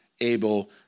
able